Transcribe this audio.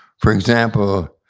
for example,